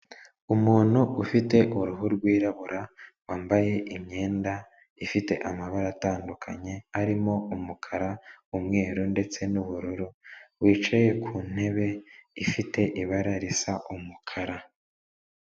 Umuntu ufite uruhu rwirabura wambaye imyenda ifite amabara atandukanye arimo umukara umweru ndetse n'ubururu wicaye ku ntebe ifite ibara risa umukara.